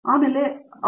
professor